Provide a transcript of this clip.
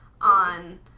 on